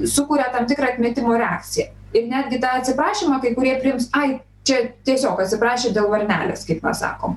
sukuria tam tikrą atmetimo reakciją ir netgi tą atsiprašymą kai kurie priims ai čia tiesiog atsiprašė dėl varnelės kaip mes sakom